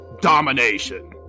Domination